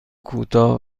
کوتاه